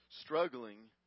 struggling